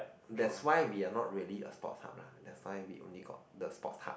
that's why we are not really a sport hub lah that's we only got the sports hub